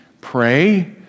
pray